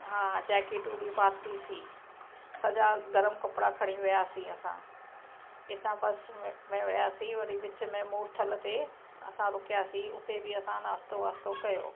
हा जैकिटू बि पातियूंसी सॼा गरम कपिड़ा खणी वियासीं असां हितां बस में में वियासीं वरी विच में मुरथल ते असां रुकायासी उते बि असां नाश्तो वास्तो कयो